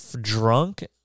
drunk